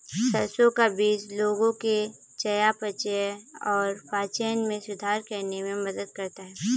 सरसों का बीज लोगों के चयापचय और पाचन में सुधार करने में मदद करता है